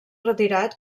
retirat